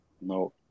No